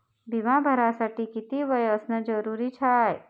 बिमा भरासाठी किती वय असनं जरुरीच हाय?